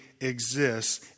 exists